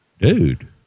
dude